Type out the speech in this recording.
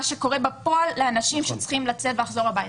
שקורה בפועל לאנשים שצריכים לצאת ולחזור הביתה.